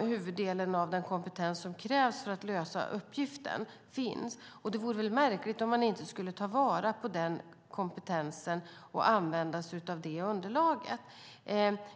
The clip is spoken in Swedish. huvuddelen av den kompetens som krävs för att lösa uppgiften finns. Det vore väl märkligt om man inte skulle ta vara på den kompetensen och använda sig av det underlaget.